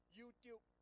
YouTube